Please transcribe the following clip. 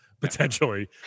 potentially